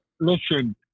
Listen